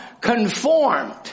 conformed